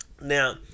Now